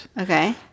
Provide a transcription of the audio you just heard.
Okay